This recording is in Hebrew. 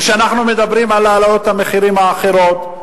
וכשאנחנו מדברים על העלאות המחירים האחרות,